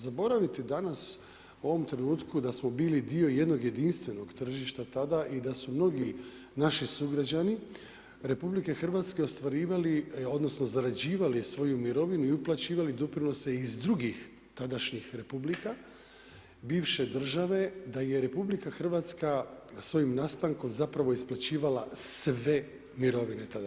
Zaboraviti danas u ovom trenutku da smo bili dio jednog jedinstvenog tržišta tada i da su mnogi naši sugrađani RH ostvarivali, odnosno zarađivali svoju mirovinu i uplaćivali doprinose iz drugih tadašnjih republika bivše države, da je RH svojim nastankom zapravo isplaćivala sve mirovine tada.